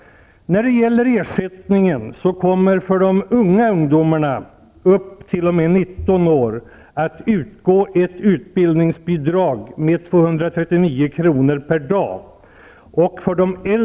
Som ersättning kommer ungdomar upp till 19 år att få utbildningsbidrag med 239 kr. per dag.